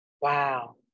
Wow